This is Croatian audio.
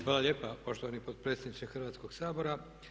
Hvala lijepa poštovani potpredsjedniče Hrvatskog sabora.